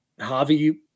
Javi